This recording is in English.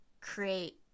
create